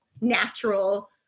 natural